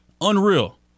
unreal